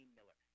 Miller